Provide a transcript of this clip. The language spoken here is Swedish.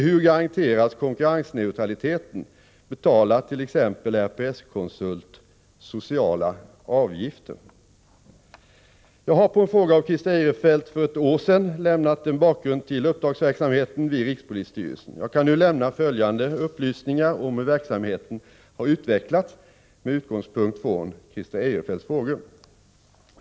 Hur garanteras konkurrensneutraliteten? Betalar t.ex. RPS-konsult sociala avgifter? Jag har på en fråga av Christer Eirefelt för ett år sedan lämnat en bakgrund till uppdragsverksamheten vid rikspolisstyrelsen. Jag kan nu lämna följande upplysningar om hur verksamheten har utvecklats med utgångspunkt i Christer Eirefelts frågor.